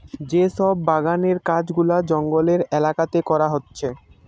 যে সব বাগানের কাজ গুলা জঙ্গলের এলাকাতে করা হচ্ছে